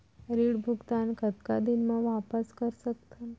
ऋण भुगतान कतका दिन म वापस कर सकथन?